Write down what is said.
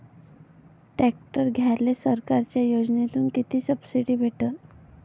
Tractor घ्यायले सरकारच्या योजनेतून किती सबसिडी भेटन?